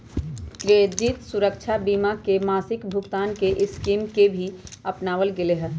credit सुरक्षवा बीमा में मासिक भुगतान के स्कीम के भी अपनावल गैले है